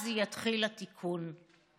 אז יתחיל התיקון.